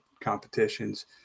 competitions